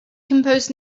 composed